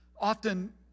often